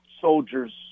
soldiers